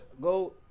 go